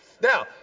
Now